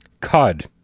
cod